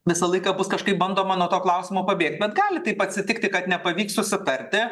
visą laiką bus kažkaip bandoma nuo to klausimo pabėgt bet gali taip atsitikti kad nepavyks susitarti